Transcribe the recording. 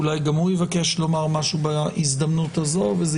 אולי גם הוא יבקש לומר משהו בהזדמנות הזאת וזה